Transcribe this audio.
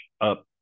up